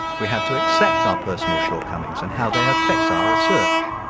we have to accept our personal shortcomings and how they affect our research.